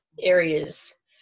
areas